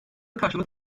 karşılık